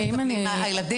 המושג.